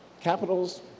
Capitals